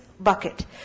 bucket